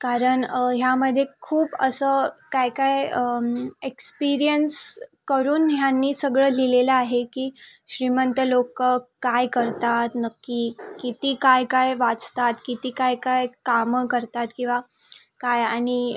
कारण ह्यामध्ये खूप असं काय काय एक्स्पिरियन्स करून ह्यांनी सगळं लिहिलेलं आहे की श्रीमंत लोकं काय करतात नक्की किती काय काय वाचतात किती काय काय कामं करतात किंवा काय आणि